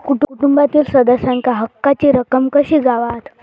कुटुंबातील सदस्यांका हक्काची रक्कम कशी गावात?